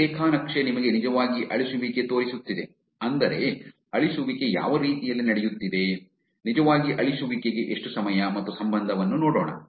ಈ ರೇಖಾ ನಕ್ಷೆ ನಿಮಗೆ ನಿಜವಾಗಿ ಅಳಿಸುವಿಕೆ ತೋರಿಸುತ್ತಿದೆ ಅಂದರೆ ಅಳಿಸುವಿಕೆ ಯಾವ ರೀತಿಯಲ್ಲಿ ನಡೆಯುತ್ತಿದೆ ನಿಜವಾಗಿ ಅಳಿಸುವಿಕೆಗೆ ಎಷ್ಟು ಸಮಯ ಮತ್ತು ಸಂಬಂಧವನ್ನು ನೋಡೋಣ